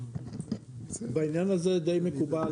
בעניין הזה די מקובל,